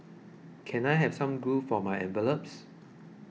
can I have some glue for my envelopes